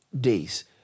days